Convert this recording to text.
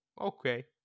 okay